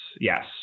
yes